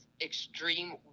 extreme